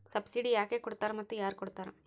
Subsidy ಯಾಕೆ ಕೊಡ್ತಾರ ಮತ್ತು ಯಾರ್ ಕೊಡ್ತಾರ್?